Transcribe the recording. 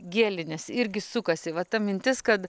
gėlinės irgi sukasi va ta mintis kad